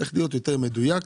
צריך להיות יותר מדויק,